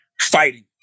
fighting